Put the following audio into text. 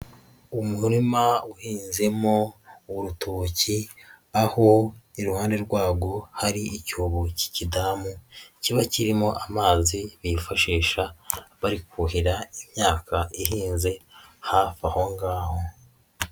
Uurima uhinzemo urutoki aho iruhande rwarwo hari icyobo k'ikidamu kiba kirimo amazi bifashisha bari kuhira imyaka ihinze hafi aho ngaho.